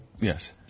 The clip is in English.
Yes